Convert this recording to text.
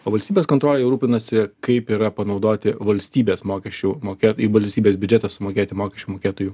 o valstybės kontrolė jau rūpinasi kaip yra panaudoti valstybės mokesčių mokėt į valstybės biudžetą sumokėti mokesčių mokėtojų